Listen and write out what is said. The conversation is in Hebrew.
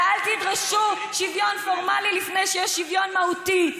אל תתנהגו כבריונים ואל תדרשו שוויון נורמלי לפני שיש שוויון מהותי,